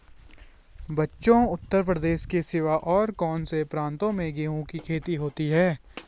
बच्चों उत्तर प्रदेश के सिवा और कौन से प्रांतों में गेहूं की खेती होती है?